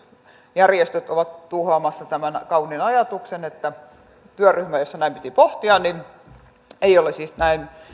järjestöt ovat tuhoamassa tämän kauniin ajatuksen eli työryhmä jossa näin piti pohtia ei ole siis näin